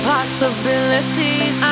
Possibilities